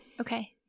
Okay